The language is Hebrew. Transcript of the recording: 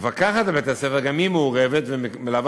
המפקחת על בית-הספר גם היא מעורבת ומלווה